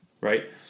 right